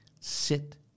Sit